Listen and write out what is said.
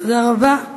תודה רבה.